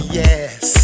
yes